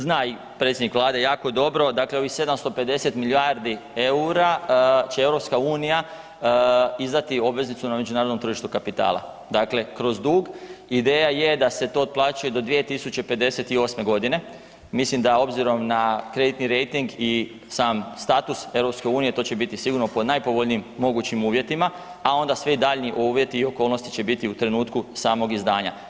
Zna i predsjednik vlade jako dobro, dakle ovih 750 milijardi EUR-a će EU izdati obveznicu na međunarodnom tržištu kapitala, dakle kroz dug, ideja je da se to otplaćuje do 2058.g. Mislim da obzirom na kreditni rejting i sam status EU to će biti sigurno po najpovoljnijim mogućim uvjetima, a onda svi daljnji uvjeti i okolnosti će biti u trenutku samog izdanja.